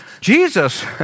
Jesus